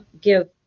give